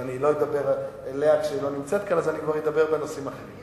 אז אני לא אדבר אליה כשהיא לא נמצאת כאן ולכן אני אדבר על נושאים אחרים.